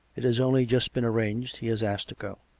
it has only just been arranged. he has asked to go.